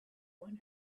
one